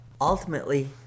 Ultimately